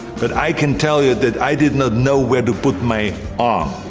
but i can tell you that i did not know where to put my ah